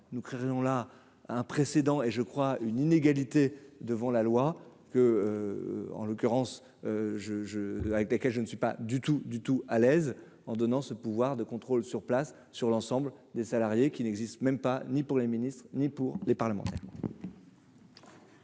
nous créons là un précédent et je crois une inégalité devant la loi, que, en l'occurrence je, je, avec laquelle je ne suis pas du tout du tout à l'aise en donnant ce pouvoir de contrôle sur place sur l'ensemble des salariés qui n'existe même pas, ni pour les ministres, ni pour les parlementaires.